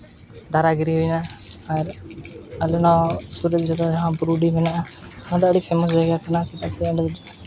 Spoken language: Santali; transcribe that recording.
ᱫᱟᱨᱟᱭ ᱦᱤᱨᱤ ᱦᱩᱭᱩᱜᱼᱟ ᱟᱞᱮ ᱫᱚ ᱱᱚᱣᱟ ᱥᱩᱨ ᱨᱮ ᱡᱟᱦᱟᱸ ᱵᱩᱨᱩᱰᱤ ᱢᱮᱱᱟᱜᱼᱟ ᱚᱸᱰᱮ ᱟᱹᱰᱤ ᱯᱷᱮᱢᱟᱥ ᱡᱟᱭᱜᱟ ᱠᱟᱱᱟ ᱪᱮᱫᱟᱜ ᱥᱮ